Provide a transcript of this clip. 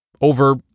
over